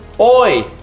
oi